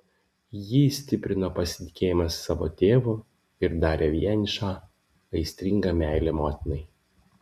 jį stiprino pasitikėjimas savo tėvu ir darė vienišą aistringa meilė motinai